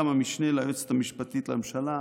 וגם המשנה ליועצת המשפטית לממשלה,